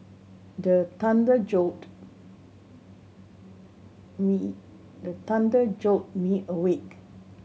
the thunder jolt me the thunder jolt me awake